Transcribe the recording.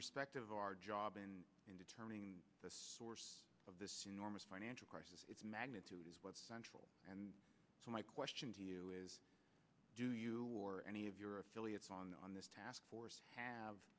perspective our job in determining the source of this enormous financial crisis its magnitude is what central and so my question to you is do you or any of your affiliates on this task force have